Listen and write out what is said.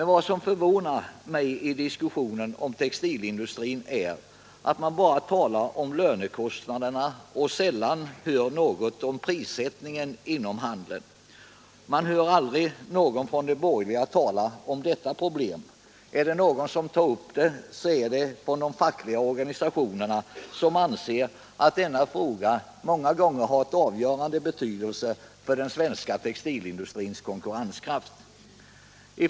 Vad som förvånar mig i diskussionen om textilindustrin är att det bara talas om lönekostnaderna och att man sällan hör något om prissättningen inom handeln. Man hör aldrig någon borgerlig tala om detta problem, utan tar någon upp saken tillhör vederbörande någon facklig organisation, ty de fackliga organisationerna anser att denna fråga många gånger är av avgörande betydelse för den svenska textilindustrins konkurrenskraft.